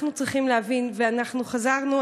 אנחנו חזרנו,